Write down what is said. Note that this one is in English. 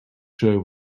show